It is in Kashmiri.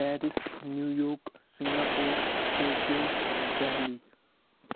Paris New York Singapore Tokyo Delhi